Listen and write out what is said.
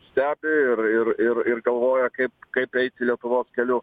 stebi ir ir ir ir galvoja kaip kaip eiti lietuvos keliu